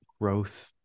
growth